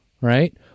right